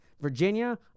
Virginia